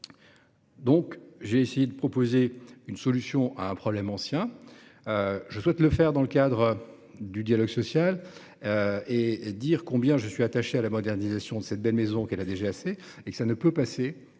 J'ai essayé de proposer une solution à un problème ancien. Je souhaite le faire dans le cadre du dialogue social. Je veux aussi dire combien je suis attaché à la modernisation de cette belle maison qu'est la DGAC. Tout cela ne peut passer